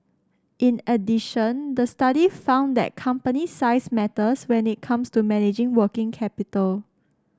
in addition the study found that company size matters when it comes to managing working capital